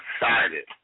excited